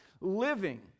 living